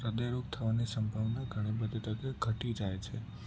હ્યદય રોગ થવાની સંભાવના ઘણી બધી તકે ઘટી જાય છે